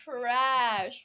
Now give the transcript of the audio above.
trash